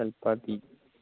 Kalpathi